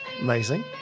Amazing